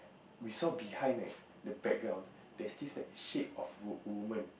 we saw behind leh the background there's this like shape of of woman